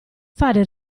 fare